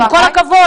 עם כל הכבוד.